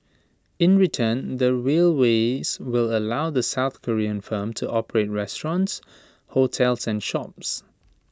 in return the railways will allow the south Korean firm to operate restaurants hotels and shops